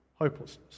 hopelessness